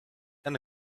and